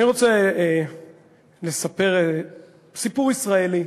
אני רוצה לספר סיפור ישראלי,